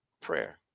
prayer